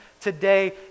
today